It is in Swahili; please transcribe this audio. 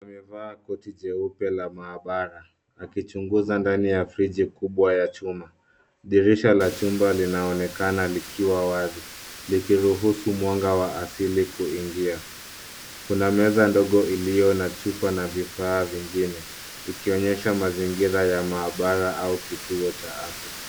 Amevaa koti jeupe la maabara, akichunguza ndani ya friji kubwa ya chuma. Dirisha la chumba linaonekana likiwa wazi, likiruhusu mwanga wa asili kuingia. Kuna meza ndogo iliyo na chupa, na vifaa vingine, ikionyesha mazingira ya maabara, au kituo cha afya.